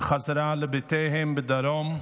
חזרה לבתיהם בדרום.